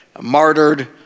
martyred